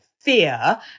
fear